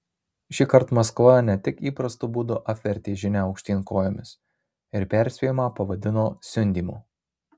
šįkart maskva ne tik įprastu būdu apvertė žinią aukštyn kojomis ir perspėjimą pavadino siundymu